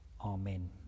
amen